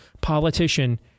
politician